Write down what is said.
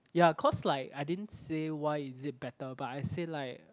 ya cause like I didn't say why is it better but I say like